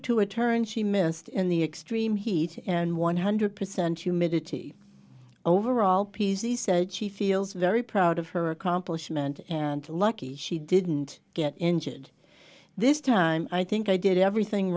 return she missed in the extreme heat and one hundred percent humidity overall p c said she feels very proud of her accomplishment and lucky she didn't get injured this time i think i did everything